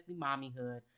Mommyhood